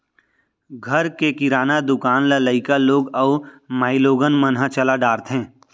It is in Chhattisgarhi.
घर के किराना दुकान ल लइका लोग अउ माइलोगन मन ह चला डारथें